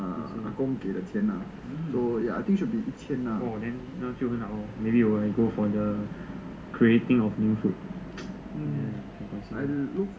I see hmm orh then 那就很好咯:na jiu hen hao geo maybe I might go for the creating of new food ya can consider